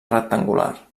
rectangular